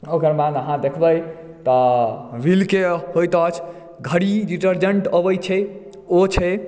ओकरबाद अहाँ देखबै तऽ व्हील के होइत अछि घड़ी डिटर्जेंट अबै छै ओ छै